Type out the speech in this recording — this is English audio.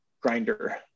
grinder